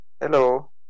Hello